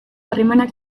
harremanak